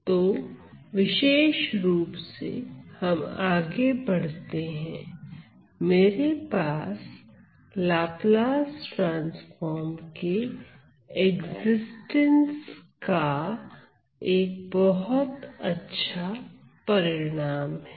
तो विशेष रूप से हम आगे बढ़ते हैं मेरे पास लाप्लास ट्रांसफार्म के एक्जिस्टेंस का एक बहुत अच्छा परिणाम है